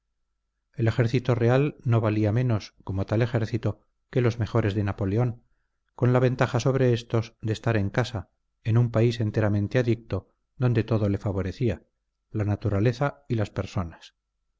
el ejército real no valía menos como tal ejército que los mejores de napoleón con la ventaja sobre éstos de estar en casa en un país enteramente adicto donde todo le favorecía la naturaleza y las personas